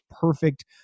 perfect